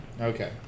Okay